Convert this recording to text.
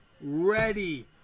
ready